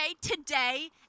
today